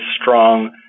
strong